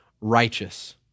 righteous